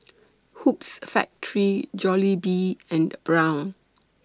Hoops Factory Jollibee and Braun